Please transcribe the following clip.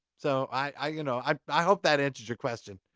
so, i you know, i hope that answered your question.